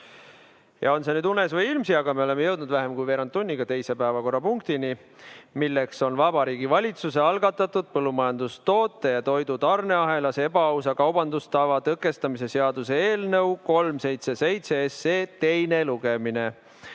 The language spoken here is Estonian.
On see nüüd unes või ilmsi, aga me oleme vähem kui veerand tunniga jõudnud teise päevakorrapunktini, milleks on Vabariigi Valitsuse algatatud põllumajandustoote ja toidu tarneahelas ebaausa kaubandustava tõkestamise seaduse eelnõu 377 teine lugemine.